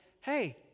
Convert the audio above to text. hey